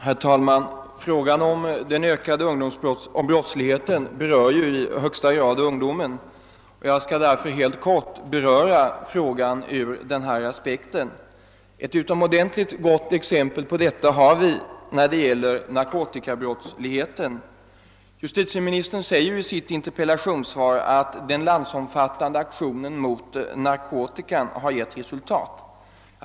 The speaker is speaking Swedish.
Herr talman! Frågan om brottsligheten berör ju i högsta grad ungdomen, och jag skall därför — helt kort — belysa frågan ur denna aspekt. Ett utomordentligt gott exempel har vi i narkotikabrottsligheten. Justitieministern säger i sitt interpellationssvar att den landsomfattande aktionen mot narkotikabrottsligheten har givit resultat.